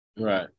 Right